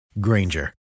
Granger